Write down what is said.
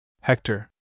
Hector